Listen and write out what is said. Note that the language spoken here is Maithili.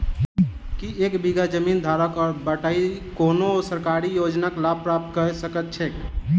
की एक बीघा जमीन धारक वा बटाईदार कोनों सरकारी योजनाक लाभ प्राप्त कऽ सकैत छैक?